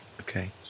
okay